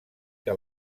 que